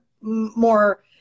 more